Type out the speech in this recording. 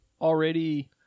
already